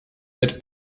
mit